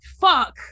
fuck